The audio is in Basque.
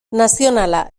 nazionala